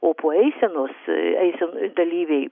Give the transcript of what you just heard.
o po eisenos eisen dalyviai